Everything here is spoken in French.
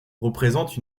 représente